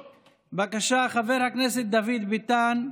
בבקשה, חבר הכנסת דוד ביטן.